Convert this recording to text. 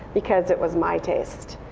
because it was my taste.